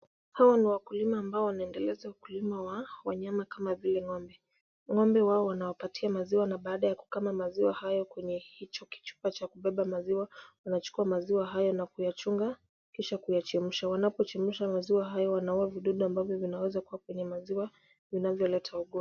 Hawa ni wakulima ambao wanaendeleza ukulima wa wanyama kama vile ng'ombe.Ng'ombe wao wanawapatia maziwa na kila baada ya kukama maziwa, hayo kwenye hicho kichupa cha kubeba maziwa wanachukua maziwa hayo na kuyachunga kisha kuyachemsha. Wanapochemsha maziwa hayo wanaua vidudu ambavyo vinaweza kuwa kwenye maziwa vinavyoleta ugonjwa.